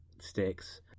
sticks